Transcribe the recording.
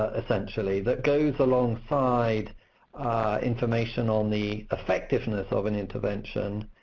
ah essentially, that goes alongside information on the effectiveness of an intervention.